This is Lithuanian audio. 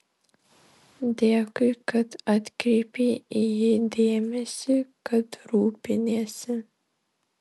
dėkui kad atkreipei į jį dėmesį kad rūpiniesi